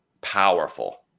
powerful